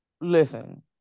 listen